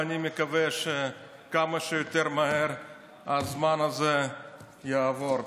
ואני מקווה שכמה שיותר מהר הזמן הזה יעבור.